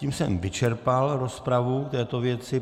Tím jsem vyčerpal rozpravu k této věci.